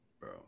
Bro